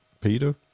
Peter